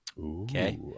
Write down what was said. Okay